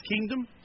kingdom